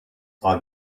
are